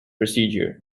procedure